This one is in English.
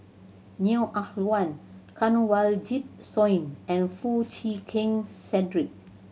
Neo Ah Luan Kanwaljit Soin and Foo Chee Keng Cedric